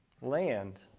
land